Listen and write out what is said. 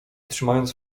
trzymając